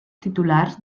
titulars